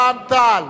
רע"ם-תע"ל